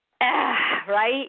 right